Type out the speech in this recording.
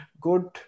good